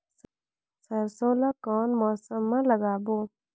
सरसो ला कोन मौसम मा लागबो?